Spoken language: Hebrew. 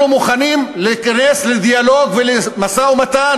אנחנו מוכנים להיכנס לדיאלוג ולמשא-ומתן